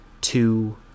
two